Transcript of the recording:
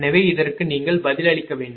எனவே இதற்கு நீங்கள் பதிலளிக்க வேண்டும்